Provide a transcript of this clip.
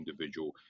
individual